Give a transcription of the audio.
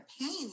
pain